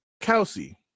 Kelsey